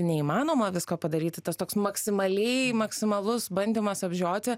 neįmanoma visko padaryti tas toks maksimaliai maksimalus bandymas apžioti